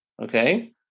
Okay